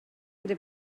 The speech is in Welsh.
gyda